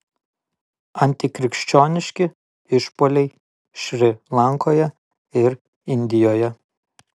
antikrikščioniški išpuoliai šri lankoje ir indijoje